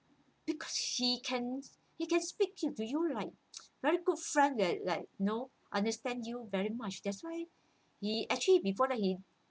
because he can he can speak to to you like very good friend that like you know understand you very much that's why he actually before that he